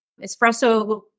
Espresso